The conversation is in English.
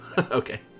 Okay